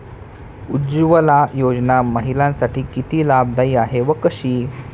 उज्ज्वला योजना महिलांसाठी किती लाभदायी आहे व कशी?